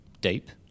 deep